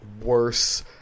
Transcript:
worse